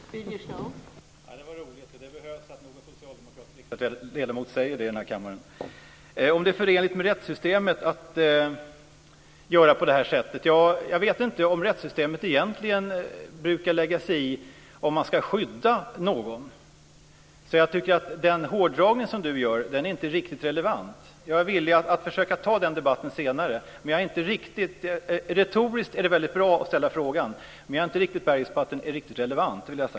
Fru talman! Det var roligt. Det behövs att någon socialdemokratisk riksdagsledamot säger det här i kammaren. Anders Karlsson frågar om det är förenligt med rättssystemet att göra på det här sättet. Jag vet inte om rättssystemet egentligen brukar lägga sig i om man ska skydda någon. Jag tycker att den hårdragning som Anders Karlsson gör inte är riktigt relevant. Jag är villig att försöka ta den debatten senare. Retoriskt är det väldigt bra att ställa frågan, men jag är inte riktigt bergis på att den är riktigt relevant.